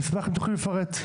נשמח אם תוכלי לפרט.